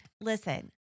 Listen